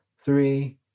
three